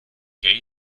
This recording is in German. gate